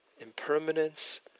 impermanence